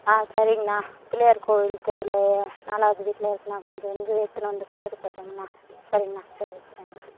ஆ சரிங்ணா பிள்ளையார் கோவில் தெருவில் நாலாவது வீட்டில் இருக்கேண்ணா கொஞ்சம் வந்து எடுத்துட்டு வந்து கொடுத்துட்டு போயிடுங்கண்ணா சரிங்கண்ணா சரி வச்சிட்றேங்கண்ணா